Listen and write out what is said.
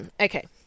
okay